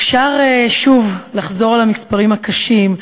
אפשר לחזור שוב על המספרים הקשים,